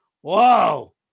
Whoa